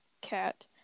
cat